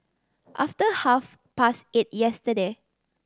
after half past eight yesterday